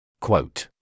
Quote